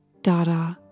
Dada